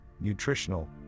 nutritional